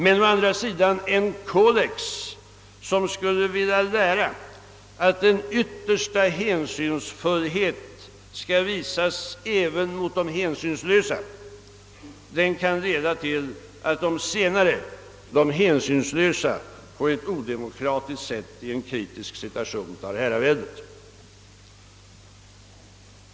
Men å andra sidan kan den kodex som vill lära att den yttersta hänsynsfullhet skall visas även mot de hänsynslösa leda till att de senare på ett odemokratiskt sätt i en kritisk situation tar herraväldet.